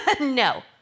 no